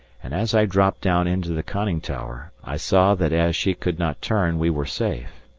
and as i dropped down into the conning tower, i saw that as she could not turn we were safe.